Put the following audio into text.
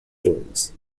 terms